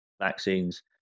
vaccines